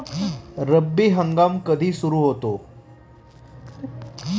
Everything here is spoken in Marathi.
रब्बी हंगाम कधी सुरू होतो?